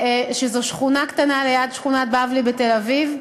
שכונה קטנה ליד שכונת בבלי בתל-אביב.